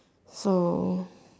so